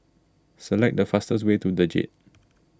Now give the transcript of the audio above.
select the fastest way to the Jade